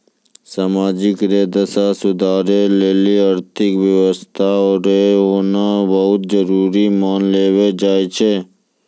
समाज रो दशा सुधारै लेली आर्थिक व्यवस्था रो होना बहुत जरूरी मानलौ जाय छै